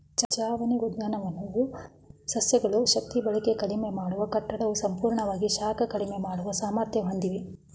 ಛಾವಣಿ ಉದ್ಯಾನವು ಸಸ್ಯಗಳು ಶಕ್ತಿಬಳಕೆ ಕಡಿಮೆ ಮಾಡುವ ಕಟ್ಟಡವು ಸಂಪೂರ್ಣವಾಗಿ ಶಾಖ ಕಡಿಮೆ ಮಾಡುವ ಸಾಮರ್ಥ್ಯ ಹೊಂದಿವೆ